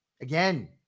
again